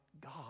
God